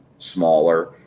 smaller